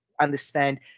understand